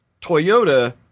Toyota